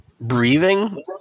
breathing